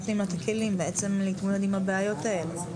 נותנים לה את הכלים להתמודד עם הבעיות האלה.